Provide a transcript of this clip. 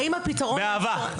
באהבה.